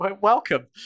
welcome